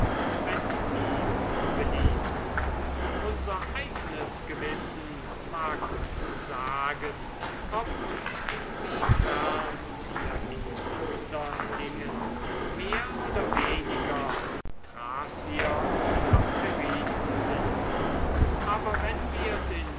wenn's ihm beliebt unser eigen gewissen mag uns sagen ob und in wie fern wir in andern dingen mehr oder weniger thracier und abderiten sind aber wenn wir's in